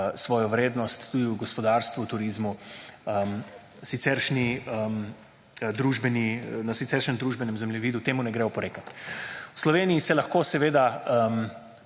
svojo vrednost, tudi v gospodarstvu, v turizmu, na siceršnjem družbenem zemljevidu temu ne gre oporekat. V Sloveniji se lahko seveda